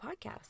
podcast